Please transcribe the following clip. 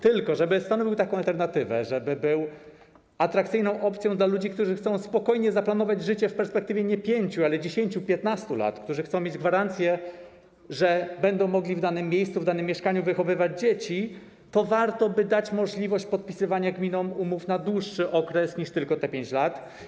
Tylko żeby stanowił taką alternatywę, żeby był atrakcyjną opcją dla ludzi, którzy chcą spokojnie zaplanować życie w perspektywie nie 5, ale 10, 15 lat, którzy chcą mieć gwarancję, że będą mogli w danym miejscu, w danym mieszkaniu wychowywać dzieci, to warto by dać gminom możliwość podpisywania umów na okres dłuższy niż tylko te 5 lat.